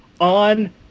on